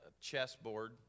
chessboard